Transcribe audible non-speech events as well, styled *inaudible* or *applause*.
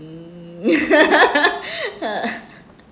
mm *laughs*